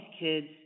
kids